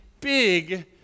big